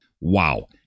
Wow